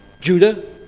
Judah